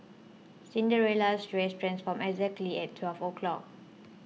Cinderella's dress transformed exactly at twelve o'clock